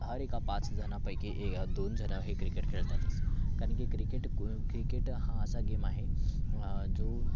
हरेका पाचजणापैकी ए दोनजणं हे क्रिकेट खेळत असतात कारण की क्रिकेट को क्रिकेट हा असा गेम आहे जो